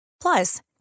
Plus